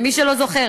למי שלא זוכר,